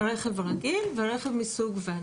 רכב רגיל ורכב מסוג וואן.